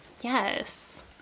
Yes